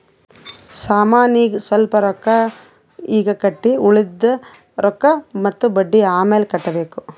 ಸಾಮಾನಿಗ್ ಸ್ವಲ್ಪ್ ರೊಕ್ಕಾ ಈಗ್ ಕಟ್ಟಿ ಉಳ್ದಿದ್ ರೊಕ್ಕಾ ಮತ್ತ ಬಡ್ಡಿ ಅಮ್ಯಾಲ್ ಕಟ್ಟಬೇಕ್